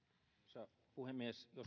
arvoisa puhemies joskus